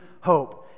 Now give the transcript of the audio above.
hope